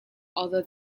although